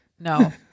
No